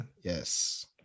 yes